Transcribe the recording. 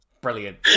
Brilliant